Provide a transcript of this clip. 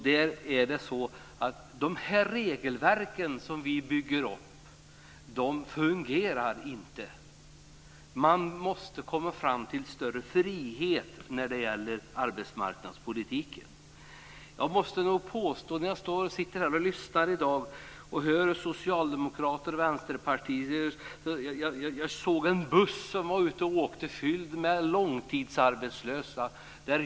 Där fungerar inte de regelverk som vi bygger upp. Man måste komma fram till större frihet i arbetsmarknadspolitiken. När jag lyssnar här i dag och hör socialdemokrater och vänsterpartister, måste jag säga att jag såg en buss som åkte fylld med långtidsarbetslösa.